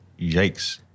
Yikes